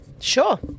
Sure